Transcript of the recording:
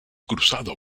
cruzado